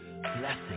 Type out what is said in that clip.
blessing